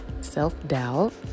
self-doubt